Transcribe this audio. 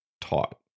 taught